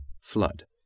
Flood